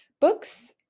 books